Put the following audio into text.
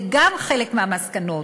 זה גם חלק מהמסקנות.